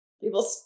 People